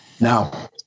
now